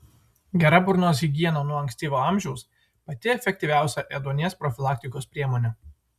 gera burnos higiena nuo ankstyvo amžiaus pati efektyviausia ėduonies profilaktikos priemonė